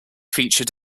featured